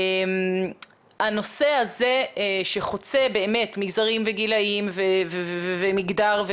הנושא הזה שחוצה מגזרים וגילאים ומגדר,